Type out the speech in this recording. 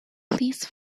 please